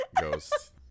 ghost